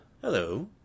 Hello